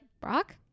Brock